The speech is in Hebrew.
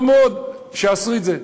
טוב מאוד, שיעשו את זה.